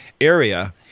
area